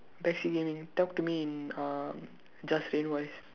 me talk to me in uh just plain voice